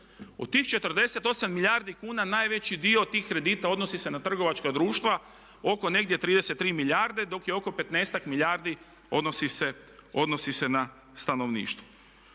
U tih 48 milijardi kuna najveći dio tih kredita odnosi se na trgovačka društva oko negdje 33 milijarde dok je oko 15-ak milijardi odnosi se na stanovništvo.